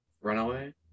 Runaway